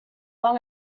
long